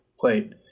plate